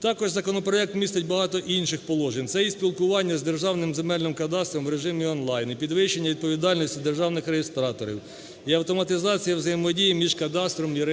Також законопроект містить багато інших положень. Це і спілкування з Державним земельним кадастром в режимі он-лайн, і підвищення відповідальності державних реєстраторів, і автоматизація взаємодії між кадастром і